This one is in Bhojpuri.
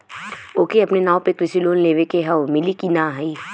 ओके अपने नाव पे कृषि लोन लेवे के हव मिली की ना ही?